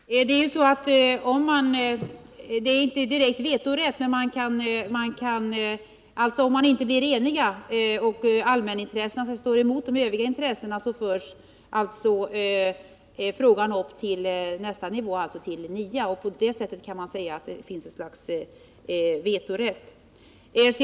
Herr talman! Företrädarna för allmänintresset har inte direkt vetorätt. men om man i samband med ett auktorisationsärende inte blir enig och om allmänintresset har en motsatt uppfattning i förhållande till de övriga, så förs frågan till nästa nivå, dvs. till nämnden för internationella adoptionsfrågor, NIA. Man kan säga att det på det sättet finns ett slags vetorätt.